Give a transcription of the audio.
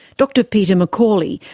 dr peter mccawley,